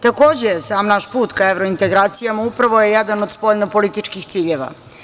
Takođe, sav naš put na evrointegracijama upravo je jedan od spoljno političkih ciljeva.